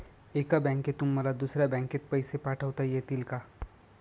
एका बँकेतून मला दुसऱ्या बँकेत पैसे पाठवता येतील का?